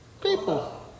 People